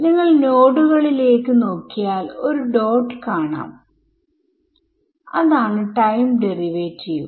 നിങ്ങൾ നോഡുകളിലേക്ക് നോക്കിയാൽ ഒരു ഡോട്ട് കാണാം അതാണ് ടൈം ഡെറിവാറ്റീവ്